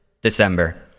December